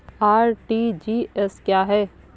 RTGS क्या है?